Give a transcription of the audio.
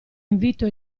invito